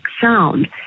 sound